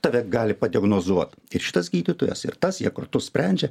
tave gali padiagnozuot ir šitas gydytojas ir tas jie kartu sprendžia